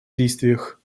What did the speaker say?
действиях